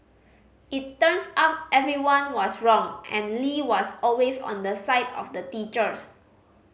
it turns out everyone was wrong and Lee was always on the side of the teachers